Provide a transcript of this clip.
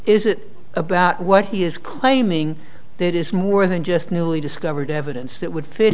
is it about what he is claiming that is more than just newly discovered evidence that would fit